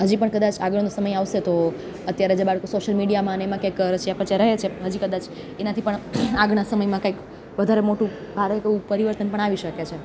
હજી પણ કદાચ આગળનો સમય આવશે તો અત્યારે જે બાળકો સોશલ મીડિયામાં ને એમાં ક્યાંક રચ્યાં પચ્યાં રહે છે હજી કદાચ એનાંથી પણ આગળનાં સમયમાં કંઇક વધારે મોટું ભારે કે એવું પરિવર્તન પણ આવી શકે છે